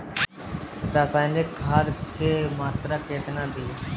रसायनिक खाद के मात्रा केतना दी?